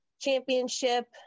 Championship